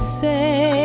say